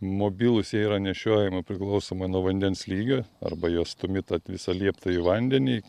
mobilūs jie yra nešiojami priklausomai nuo vandens lygio arba juos stumi tą visą liepta į vandenį